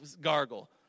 gargle